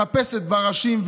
מחפשת בין הראשים,